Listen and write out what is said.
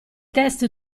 test